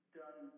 done